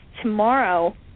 tomorrow